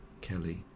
Kelly